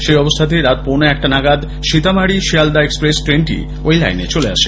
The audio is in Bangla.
সেই অবস্থাতেই রাত পৌনে একটা নাগাদ সীতামারি শিয়ালদহ এক্সপ্রেস ট্রেনটি ঐ লাইনে চলে আসে